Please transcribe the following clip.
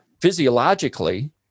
physiologically